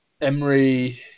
Emery